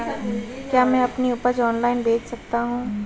क्या मैं अपनी उपज ऑनलाइन बेच सकता हूँ?